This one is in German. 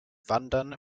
wandern